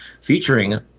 featuring